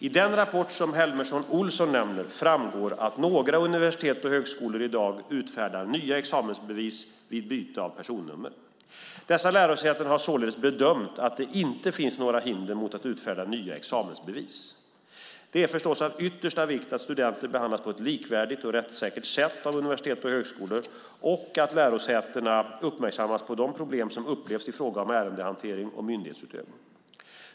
I den rapport som Helmersson Olsson nämner framgår att några universitet och högskolor i dag utfärdar nya examensbevis vid byte av personnummer. Dessa lärosäten har således bedömt att det inte finns några hinder mot att utfärda nya examensbevis. Det är förstås av yttersta vikt att studenter behandlas på ett likvärdigt och rättssäkert sätt av universitet och högskolor och att lärosätena uppmärksammas på de problem som upplevs i fråga om ärendehantering och myndighetsutövning.